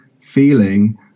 feeling